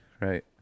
Right